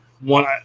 one